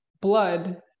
blood